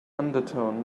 undertone